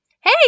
Hey